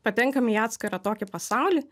patenkam į atskirą tokį pasaulį